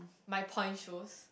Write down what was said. my point shoes